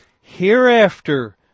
Hereafter